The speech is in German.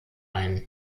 ein